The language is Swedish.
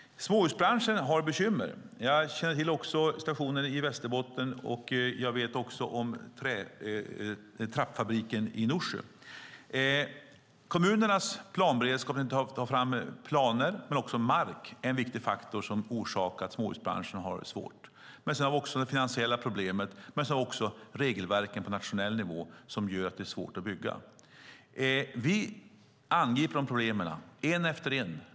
Småhusbranschen har bekymmer. Jag känner till situationen i Västerbotten. Jag vet också om trappfabriken i Norsjö. Kommunernas planberedskap när det gäller att ta fram planer men också mark är en viktig faktor som orsakat att småhusbranschen har det svårt. Sedan har vi det finansiella problemet. Men det är också regelverken på nationell nivå som gör att det är svårt att bygga. Vi angriper de problemen, ett efter ett.